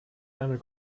einem